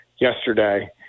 yesterday